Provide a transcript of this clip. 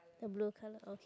the blue color okay